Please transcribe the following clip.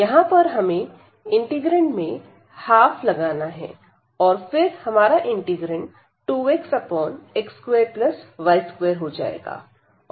यहां पर हमें इंटीग्रैंड में 12 लगाना है और फिर हमारा इंटीग्रैंड 2xx2y2 हो जाएगा